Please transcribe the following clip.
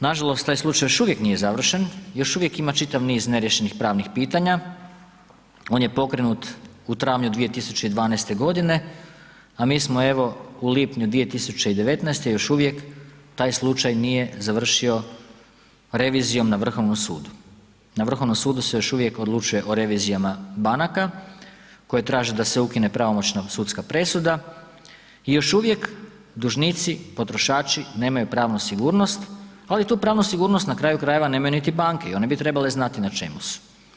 Nažalost, taj slučaj još uvijek nije završen, još uvijek ima čitav niz neriješenih pravnih pitanja, on je pokrenut u travnju 2012.g., a mi smo evo u lipnju 2019., još uvijek taj slučaj nije završio revizijom na Vrhovnom sudu, na Vrhovnom sudu se još uvijek odlučuje o revizijama banaka koje traže da se ukine pravomoćna sudska presuda i još uvijek dužnici potrošači nemaju pravnu sigurnost, ali tu pravnu sigurnost na kraju krajeva nemaju niti banke i one bi trebale znati na čemu su.